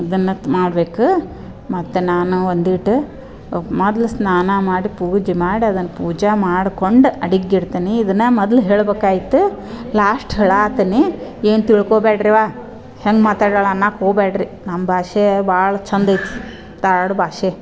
ಅದನ್ನು ತ್ ಮಾಡಬೇಕು ಮತ್ತು ನಾನು ಒಂದಿಷ್ಟು ಮೊದ್ಲು ಸ್ನಾನ ಮಾಡಿ ಪೂಜೆ ಮಾಡಿ ಅದನ್ನು ಪೂಜೆ ಮಾಡ್ಕೊಂಡೇ ಅಡಿಗೆ ಇಡ್ತೀನಿ ಇದನ್ನು ಮೊದ್ಲೇ ಹೇಳ್ಬೇಕಾಯ್ತು ಲಾಸ್ಟ್ ಹೇಳೋಹತ್ತೀನಿ ಏನೂ ತಿಳ್ಕೊಬೇಡ್ರಿವ್ವ ಹೆಂಗೆ ಮಾತಾಡ್ಯಾಳೆ ಅನ್ನಕ್ಕೆ ಹೊಬೇಡ್ರಿ ನಮ್ಮ ಭಾಷೆ ಭಾಳ ಚೆಂದ ಐತಿ ಧಾರ್ವಾಡ ಭಾಷೆ